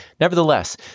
Nevertheless